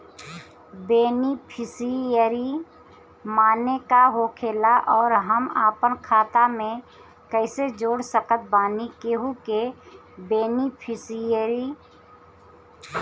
Beneficiary माने का होखेला और हम आपन खाता मे कैसे जोड़ सकत बानी केहु के बेनीफिसियरी?